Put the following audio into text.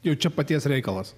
jau čia paties reikalas